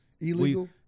Illegal